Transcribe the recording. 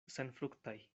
senfruktaj